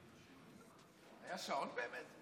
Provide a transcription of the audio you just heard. היה שעון באמת?